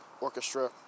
orchestra